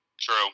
true